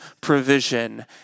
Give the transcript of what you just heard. provision